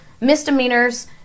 misdemeanors